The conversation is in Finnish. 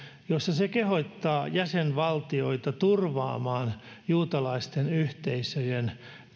jossa se kehottaa jäsenvaltioita turvaamaan juutalaisten yhteisöjen